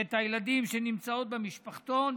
את הילדים שנמצאים במשפחתון,